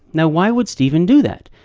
now, why would steven do that?